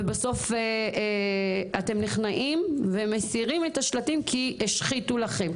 ובסוף אתם נכנעים ומסירים את השלטים כי השחיתו לכם,